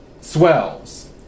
swells